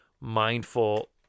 mindful